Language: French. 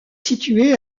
située